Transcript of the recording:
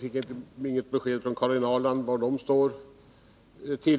fick inget besked från Karin Ahrland om var folkpartiet står.